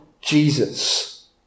Jesus